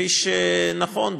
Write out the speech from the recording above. כפי שנכון,